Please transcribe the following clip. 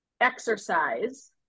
exercise